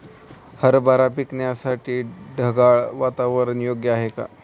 हरभरा पिकासाठी ढगाळ वातावरण योग्य आहे का?